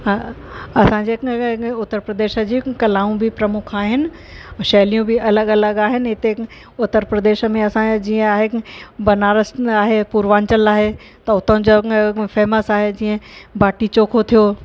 हा असांजे उत्तर प्रदेश जी कलाऊं बि प्रमुख आहिनि शैलियूं बि अलॻि अलॻि आहिनि हिते उत्तर प्रदेश में असांजे जीअं आहे बनारस आहे पूर्वांचल आहे त हुतां जा फेमस आए जीअं बाटी चोखो थियो